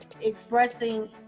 expressing